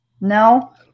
no